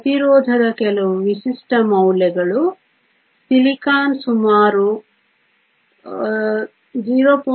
ಪ್ರತಿರೋಧದ ಕೆಲವು ವಿಶಿಷ್ಟ ಮೌಲ್ಯಗಳು ಸಿಲಿಕಾನ್ ಸುಮಾರು 0